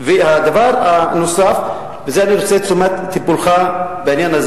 ובעיקר לשר הביטחון,